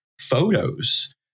photos